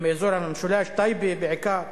מאזור המשולש, טייבה בעיקר,